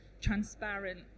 transparent